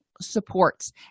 supports